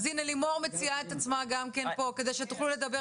אז הנה לימור מציעה את עצמה גם כן פה כדי שתוכלו לדבר